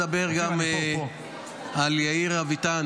אני רוצה לדבר גם על יאיר אביטן,